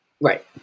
Right